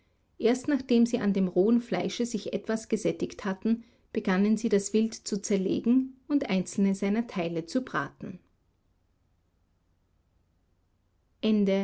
erst nachdem sie an dem rohen fleische sich etwas gesättigt hatten begannen sie das wild zu zerlegen und einzelne seiner teile zu braten